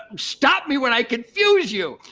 stop me when i confuse you.